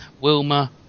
Wilma